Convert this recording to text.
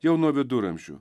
jau nuo viduramžių